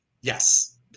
Yes